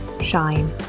Shine